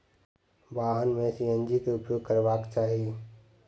वाहन में सी.एन.जी के उपयोग करबाक चाही